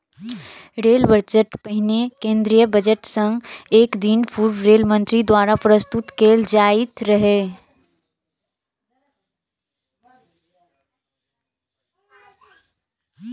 rail budget पहिने केंद्रीय budget सं एक दिन पूर्व रेल मंत्री द्वारा प्रस्तुत कैल जाइत रहै